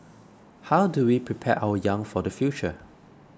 how do we prepare our young for the future